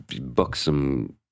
buxom